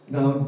Now